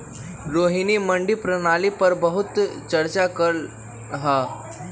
रोहिणी मंडी प्रणाली पर बहुत चर्चा कर लई